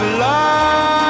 love